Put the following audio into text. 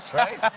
right?